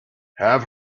have